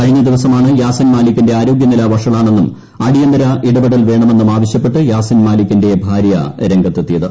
കഴിഞ്ഞ ദിവസമാണ് യാസിൻ മാലിക്കിന്റെ ആരോഗ്യനില വഷളാണെന്നും അടിയന്തര ഇടപെടൽ വേണമെന്നും ആവശ്യപ്പെട്ട് യാസിൻമാലിക്കിന്റെ ഭാര്യ രംഗത്തെത്തിയത്